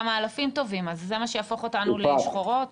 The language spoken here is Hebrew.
אז זה מה שיהפוך אותנו לשחורות?